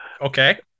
okay